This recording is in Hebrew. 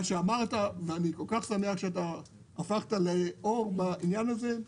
מה שאמרת, ואני כל כך שמח שהפכת לאור בעניין הזה,